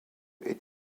est